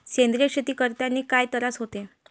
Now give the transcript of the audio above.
सेंद्रिय शेती करतांनी काय तरास होते?